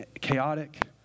chaotic